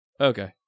Okay